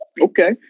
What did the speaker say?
Okay